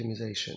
optimization